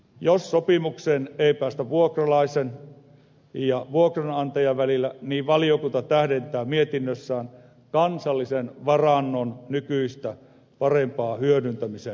jos sopimukseen ei päästä vuokralaisen ja vuokranantajan välillä niin valiokunta tähdentää mietinnössään kansallisen varannon nykyistä parempaa hyödyntämisen mahdollisuutta